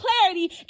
clarity